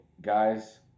guys